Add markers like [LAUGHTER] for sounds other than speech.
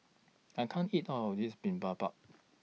I can't eat All of This [UNINTELLIGIBLE]